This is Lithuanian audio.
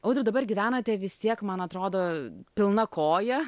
audriau dabar gyvenate vis tiek man atrodo pilna koja